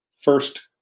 first